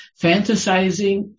Fantasizing